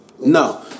No